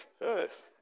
Yes